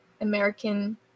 American